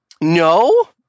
No